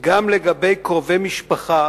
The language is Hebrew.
גם לגבי קרובי משפחה